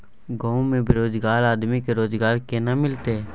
गांव में बेरोजगार आदमी के रोजगार केना मिलते?